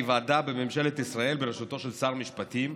היא ועדה בממשלת ישראל בראשות של שר המשפטים,